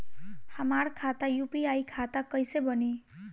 हमार खाता यू.पी.आई खाता कईसे बनी?